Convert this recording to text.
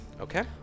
Okay